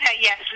yes